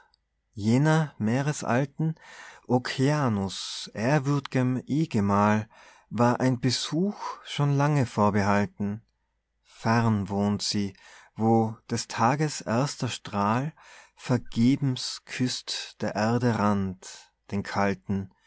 jener meeresalten okeanus ehrwürd'gem eh'gemal war ein besuch schon lange vorbehalten fern wohnt sie wo des tages erster strahl vergebens küßt der erde rand den kalten